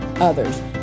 others